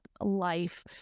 life